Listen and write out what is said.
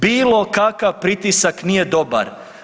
Bilo kakav pritisak nije dobar.